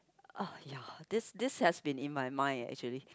ah ya this this has been in my mind actually